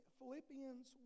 Philippians